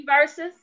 verses